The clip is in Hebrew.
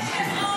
תמשיך.